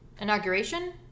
inauguration